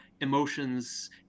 emotions